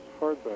hardback